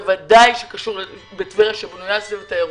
בוודאי בטבריה שבנויה על התיירות,